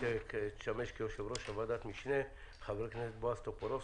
שתשמש כיושבת-ראש ועדת המשנה; חבר הכנסת בועז טופורובסקי,